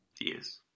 Yes